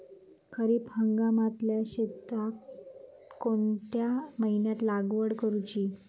खरीप हंगामातल्या शेतीक कोणत्या महिन्यात लागवड करूची?